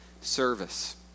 service